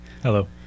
Hello